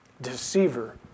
deceiver